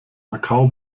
macau